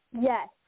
Yes